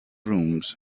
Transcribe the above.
rooms